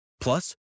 Plus